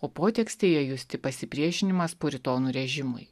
o potekstėje justi pasipriešinimas puritonų režimui